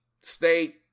state